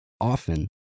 Often